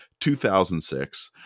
2006